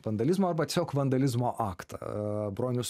vandalizmo arba tiesiog vandalizmo aktą bronius